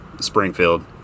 Springfield